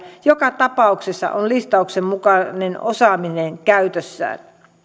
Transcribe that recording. joka tapauksessa on listauksen mukainen osaaminen käytössään